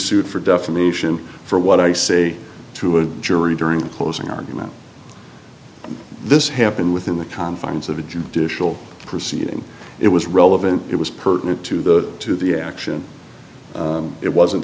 sued for defamation for what i say to a jury during closing argument this happened within the confines of a judicial proceeding it was relevant it was pertinent to the to the action it wasn't